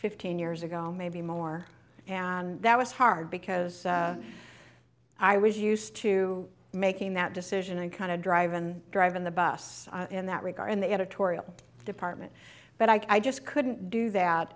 fifteen years ago maybe more and that was hard because i was used to making that decision and kind of drive and drive in the bus in that regard in the editorial department but i just couldn't do that